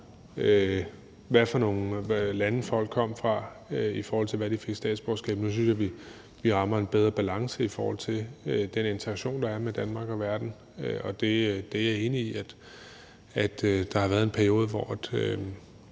hvad for nogle lande folk, der fik statsborgerskab, kom fra. Nu synes jeg, at vi rammer en bedre balance i forhold til den interaktion, der er, mellem Danmark og verden. Og jeg er enig i, at der har været en periode, hvor det